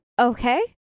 okay